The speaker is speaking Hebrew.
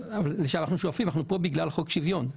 אנחנו כאן בגלל חוק שוויון.